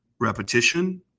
repetition